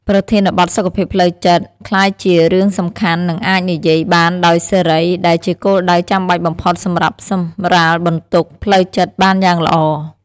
ប្រធានបទសុខភាពផ្លូវចិត្តក្លាយជារឿងសំខាន់និងអាចនិយាយបានដោយសេរីដែលជាគោលដៅចាំបាច់បំផុតសម្រាប់សម្រាលបន្ទុកផ្លូវចិត្តបានយ៉ាងល្អ។